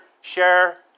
Share